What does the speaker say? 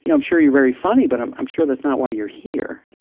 you know i'm sure you're very funny, but i'm i'm sure that's not why you're here'.